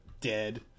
dead